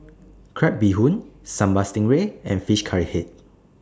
Crab Bee Hoon Sambal Stingray and Fish Head Curry